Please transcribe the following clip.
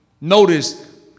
Notice